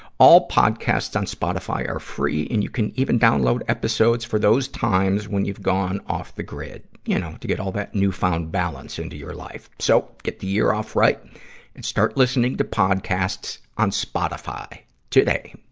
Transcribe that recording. all podcasts on spotify are free, and you can even download episodes for those times when you've gone off the grid. you know, to get all that new-found balance into your life. so, get the year off right and start listening to podcasts on spotify today.